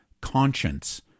conscience